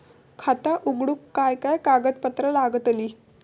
खाता उघडूक काय काय कागदपत्रा लागतली?